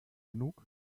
genug